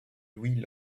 louis